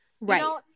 Right